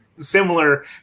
Similar